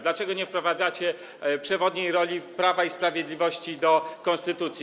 Dlaczego nie wprowadzacie przewodniej roli Prawa i Sprawiedliwości do konstytucji?